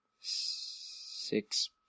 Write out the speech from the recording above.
six